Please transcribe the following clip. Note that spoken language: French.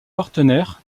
partenaire